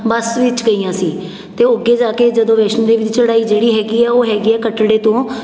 ਬੱਸ ਵਿੱਚ ਗਈਆਂ ਸੀ ਅਤੇ ਓਹ ਅੱਗੇ ਜਾ ਕੇ ਜਦੋਂ ਵੈਸ਼ਨੋ ਦੇਵੀ ਦੀ ਚੜ੍ਹਾਈ ਜਿਹੜੀ ਹੈਗੀ ਆ ਉਹ ਹੈਗੀ ਆ ਕੱਟੜੇ ਤੋਂ